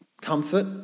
comfort